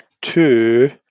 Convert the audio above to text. two